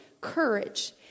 courage